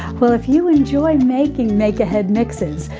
well, if you enjoy making make ahead mixes,